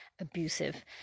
abusive